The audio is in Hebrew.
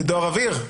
בדואר אוויר.